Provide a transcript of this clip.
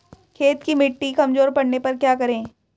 खेत की मिटी कमजोर पड़ने पर क्या करें?